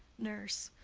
nurse.